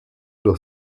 doch